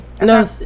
no